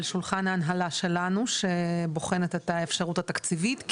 על שולחן ההנהלה שלנו שבוחן את האפשרות התקציבית,